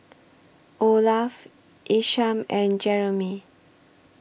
Olaf Isham and Jerimy